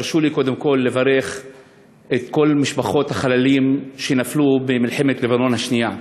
תרשו לי קודם כול לברך את כל משפחות החללים שנפלו במלחמת לבנון השנייה.